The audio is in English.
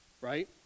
right